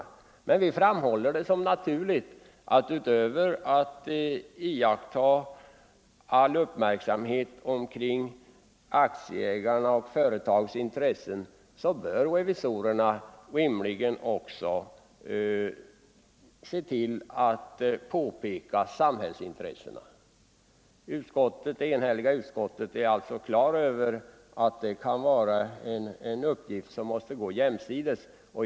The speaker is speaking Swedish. Vi finner det emellertid naturligt att revisorerna samtidigt som de uppmärksammar aktieägarnas och företagets intressen även bevakar samhällsintressena. Ett enhälligt utskott har varit fullt på det klara med att det är två uppgifter som måste bevakas jämsides.